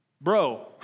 bro